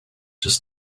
just